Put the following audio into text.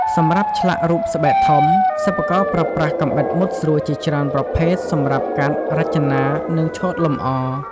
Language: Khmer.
សម្រាប់ឆ្លាក់រូបស្បែកធំ សិប្បករប្រើប្រាស់កាំបិតមុតស្រួចជាច្រើនប្រភេទសម្រាប់កាត់ រចនា និងឆូតលម្អ។